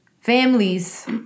families